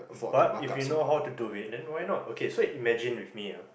but if you know how to do it then why not okay so imagine with me ah